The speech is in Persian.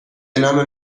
نام